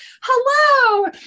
hello